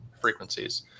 frequencies